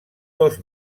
dos